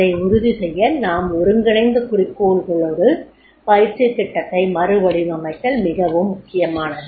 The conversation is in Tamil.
அதை உறுதி செய்ய நாம் ஒருங்கிணைந்த குறிக்கோள்களோடு பயிற்சித் திட்டத்தை மறுவடிவமைத்தல் மிகவும் முக்கியமானது